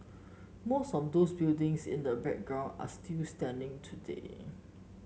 most of those buildings in the background are still standing today